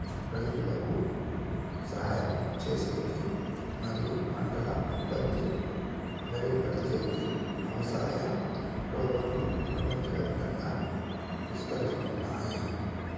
రైతులకు సహాయం చేసేకి మరియు పంటల ఉత్పత్తి మెరుగుపరిచేకి వ్యవసాయ రోబోట్లు ప్రపంచవ్యాప్తంగా విస్తరిస్తున్నాయి